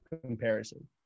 comparison